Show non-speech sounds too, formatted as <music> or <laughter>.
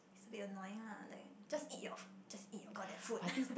it's a bit annoying lah like just eat your fo~ just eat your god damn food <laughs>